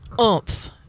oomph